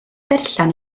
berllan